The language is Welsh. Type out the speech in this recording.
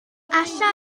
alla